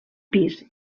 pis